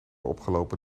opgelopen